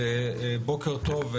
בוקר טוב,